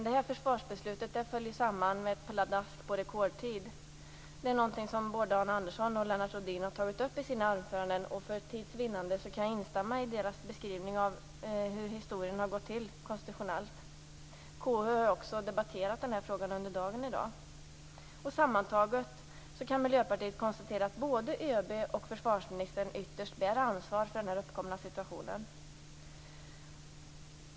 Det föll dock samman med ett pladask på rekordtid, såsom både Arne Andersson och Lennart Rohdin har tagit upp i sina anföranden. För tids vinnande kan jag instämma i deras beskrivning av hur historien har gått till konstitutionellt. KU har också debatterat den här frågan under dagen. Sammantaget kan Miljöpartiet konstatera att både ÖB och försvarsministern ytterst bär ansvaret för den uppkomna situationen.